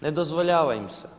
Ne dozvoljava im se.